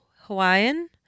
Hawaiian